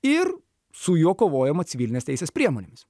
ir su juo kovojama civilinės teisės priemonėmis